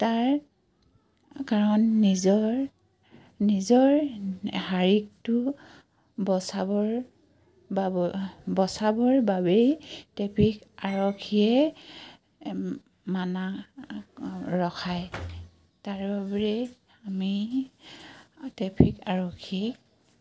তাৰ কাৰণ নিজৰ নিজৰ শৰীৰটো বচাবৰ বচাবৰ বাবেই ট্ৰেফিক আৰক্ষীয়ে মানা ৰখায় তাৰ বাবে আমি ট্ৰেফিক আৰক্ষীক